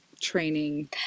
training